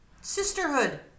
sisterhood